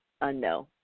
unknown